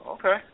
Okay